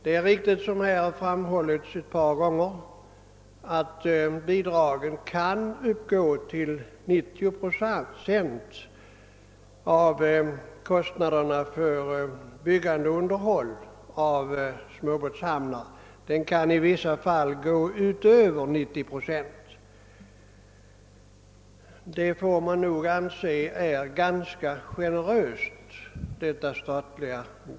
Det är riktigt som har framhållits att bidragen kan uppgå till 90 procent av kostnaderna för byggande och underhåll av småbåtshamnar — de kan i vissa fall t.o.m. överstiga 90 procent. Dessa bidrag får nog betraktas som ganska generösa.